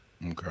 Okay